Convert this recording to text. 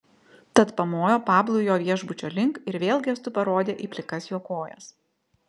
tad pamojo pablui jo viešbučio link ir vėl gestu parodė į plikas jo kojas